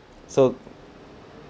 so